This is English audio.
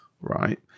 right